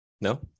No